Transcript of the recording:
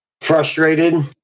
frustrated